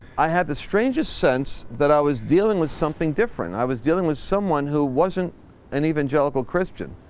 i had the strangest sense that i was dealing with something different. i was dealing with someone who wasn't an evangelical christian,